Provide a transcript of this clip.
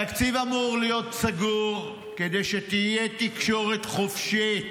התקציב אמור להיות סגור כדי שתהיה תקשורת חופשית,